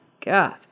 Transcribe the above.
God